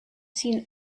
seen